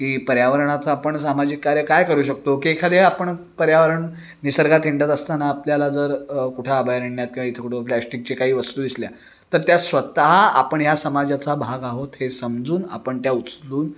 की पर्यावरणाचा आपण सामाजिक कार्य काय करू शकतो की एखाद्या आपण पर्यावरण निसर्गात हिंडत असताना आपल्याला जर कुठे आभयारण्यात किंवा इथे कुठं प्लॅस्टिकचे काही वस्तू दिसल्या तर त्या स्वतः आपण या समाजाचा भाग आहोत हे समजून आपण त्या उचलून